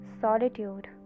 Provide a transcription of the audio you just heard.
solitude